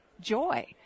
joy